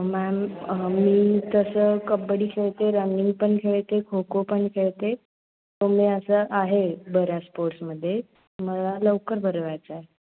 ma'am मी तसं कब्बडी खेळते रनिंग पण खेळते खो खो पण खेळते सो मी असं आहे बऱ्याच स्पोर्ट्समध्ये मला लवकर बरं व्हायचं आहे